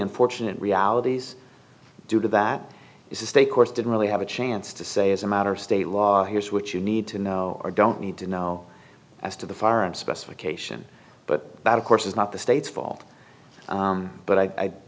unfortunate realities due to that is the state courts didn't really have a chance to say as a matter of state law here's what you need to know or don't need to know as to the foreign specification but that of course is not the state's fault but i